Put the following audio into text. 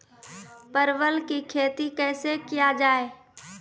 परवल की खेती कैसे किया जाय?